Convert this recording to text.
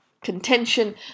contention